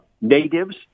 Natives